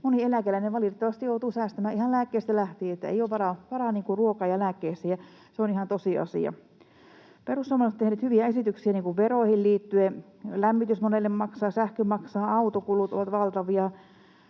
valitettavasti joutuu säästämään ihan lääkkeistä lähtien. Ei ole varaa ruokaan ja lääkkeisiin, ja se on ihan tosiasia. Perussuomalaiset ovat tehneet hyviä esityksiä veroihin liittyen. Lämmitys maksaa monelle, sähkö maksaa, autokulut ovat valtavia,